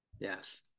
Yes